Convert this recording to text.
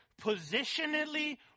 positionally